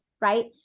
right